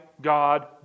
God